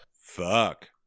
fuck